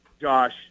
Josh